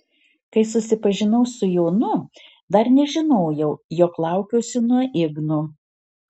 kai susipažinau su jonu dar nežinojau jog laukiuosi nuo igno